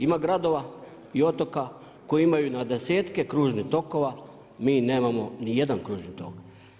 Ima gradova i otoka koji imaju na desetke kružnih tokova, mi nemamo na jedan kružni tok.